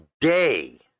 day